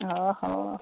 ଓହଃ